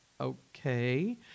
okay